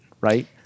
right